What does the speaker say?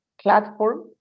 platform